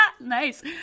nice